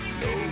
no